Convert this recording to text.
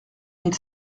mille